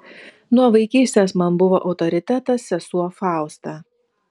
nuo vaikystės man buvo autoritetas sesuo fausta